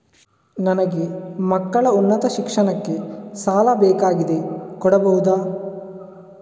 ನನಗೆ ಮಕ್ಕಳ ಉನ್ನತ ಶಿಕ್ಷಣಕ್ಕೆ ಸಾಲ ಬೇಕಾಗಿದೆ ಕೊಡಬಹುದ?